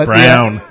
Brown